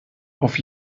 auf